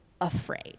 afraid